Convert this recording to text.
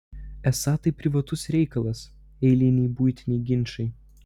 esą tai privatus reikalas eiliniai buitiniai ginčai